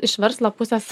iš verslo pusės